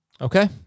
Okay